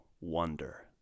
wonder